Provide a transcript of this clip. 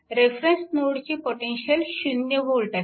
reference नोडची potential 0V असते